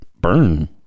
burn